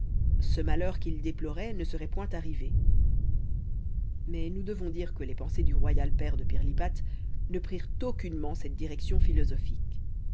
ce malheur qu'il déplorait ne serait point arrivé mais nous devons dire que les pensées du royal père de pirlipate ne prirent aucunement cette direction philosophique